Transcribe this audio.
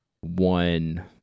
one